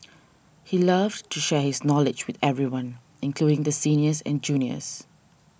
he loved to share his knowledge with everyone including the seniors and juniors